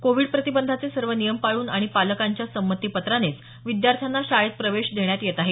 Covid प्रतिबंधाचे सर्व नियम पाळून आणि पालकांच्या संमतीपत्रानेच विद्यार्थ्यांना शाळेत प्रवेश देण्यात येत आहे